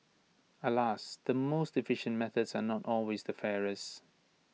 alas the most efficient methods are not always the fairest